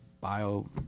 bio